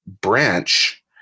branch